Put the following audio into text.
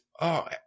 oh-